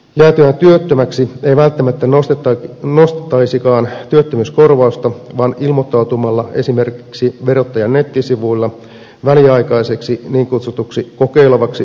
jäätyään työttömäksi ei välttämättä nostaisikaan työttömyyskorvausta vaan ilmoittautuisi esimerkiksi verottajan nettisivuilla väliaikaiseksi niin kutsutuksi kokeilevaksi yrittäjäksi